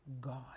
God